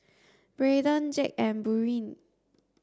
Braedon Jake and Buren